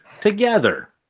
together